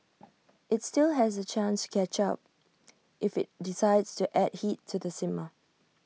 IT still has A chance to catch up if IT decides to add heat to the simmer